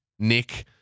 Nick